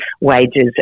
wages